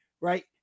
right